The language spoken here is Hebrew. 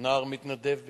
נער מתנדב בכיבוי,